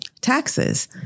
taxes